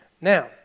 Now